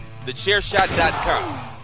TheChairShot.com